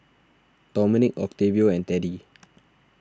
Dominique Octavio and Teddy